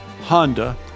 Honda